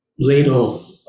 ladle